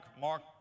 Mark